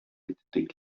étaient